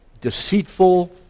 Deceitful